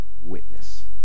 witness